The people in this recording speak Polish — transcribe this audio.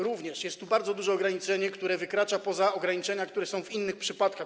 Również jest tu bardzo duże ograniczenie, które wykracza poza ograniczenia, które są w innych przypadkach.